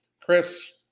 Chris